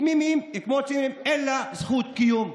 פנימיים כמו צימרים, אין לה זכות קיום.